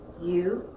you.